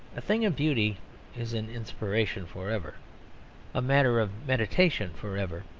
a thing of beauty is an inspiration for ever a matter of meditation for ever.